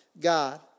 God